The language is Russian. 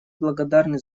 благодарны